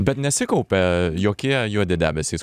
bet nesikaupia jokie juodi debesys